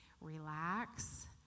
relax